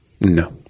No